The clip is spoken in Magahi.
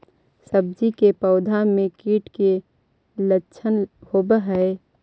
सब्जी के पौधो मे कीट के लच्छन होबहय?